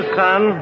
son